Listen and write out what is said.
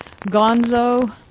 Gonzo